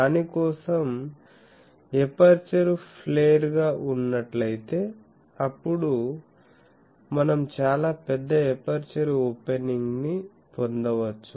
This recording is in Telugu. దాని కోసం ఎపర్చరు ఫ్లేర్గా ఉన్నట్లైతే అప్పుడు మనం చాలా పెద్ద ఎపర్చరు ఓపెనింగ్ పొందవచ్చు